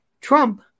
trump